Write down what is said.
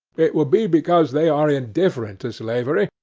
it will be because they are indifferent to slavery,